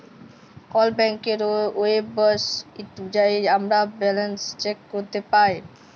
call ব্যাংকের ওয়েবসাইটে যাঁয়ে আমরা ব্যাল্যান্স চ্যাক ক্যরতে পায়